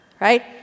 right